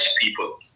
people